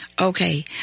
Okay